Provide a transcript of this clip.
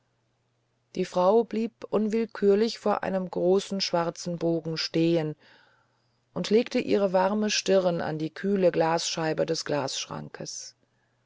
die frau blieb unwillkürlich vor einem großen schwarzen bogen stehen und legte ihre warme stirn an die kühle glasscheibe des glasschrankes